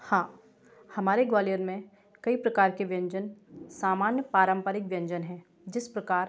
हाँ हमारे ग्वालियर में कई प्रकार के व्यंजन सामान्य पारंपरिक व्यंजन हैं जिस प्रकार